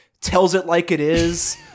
tells-it-like-it-is